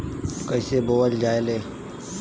कईसे बोवल जाले?